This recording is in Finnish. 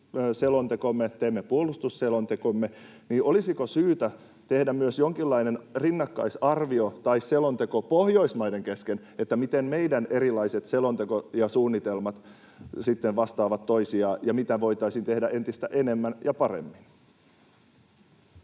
turvallisuusselontekomme, teemme puolustusselontekomme, niin olisiko syytä tehdä myös jonkinlainen rinnakkaisarvio tai ‑selonteko Pohjoismaiden kesken, miten meidän erilaiset selonteot ja suunnitelmat vastaavat toisiaan ja mitä voitaisiin tehdä entistä enemmän ja paremmin?